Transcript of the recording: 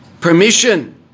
permission